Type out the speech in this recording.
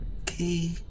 okay